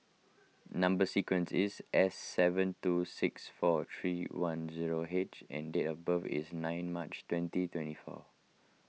Number Sequence is S seven two six four three one zero H and date of birth is nine March twenty twenty four